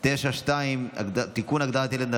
התקבלה בקריאה הטרומית ותעבור להכנתה